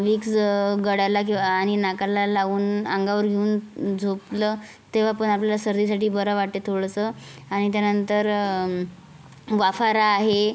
Vicks गळ्याला आणि नाकाला लावून अंगावर घेऊन झोपलं तेव्हा पण आपल्या सर्दीसाठी बरं वाटते थोडंसं आणि त्यानंतर वाफारा आहे